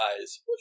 eyes